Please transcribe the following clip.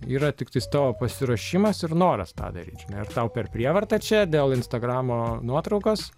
yra tiktai tavo pasiruošimas ir noras tą daryti žinai ir tau per prievartą čia dėl instagramo nuotraukos